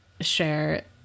share